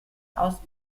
aus